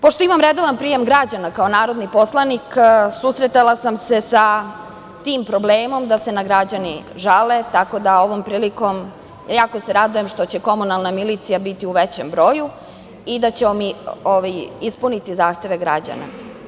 Pošto imam redovan prijem građana kao narodni poslanik, susretala sam se sa tim problemom da se građani žale, tako da ovom prilikom jako se radujem što će komunalna milicija biti u većem broju i da ćemo ispuniti zahteve građana.